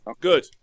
good